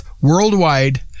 worldwide